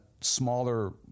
smaller